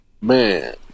Man